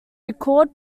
record